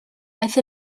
aeth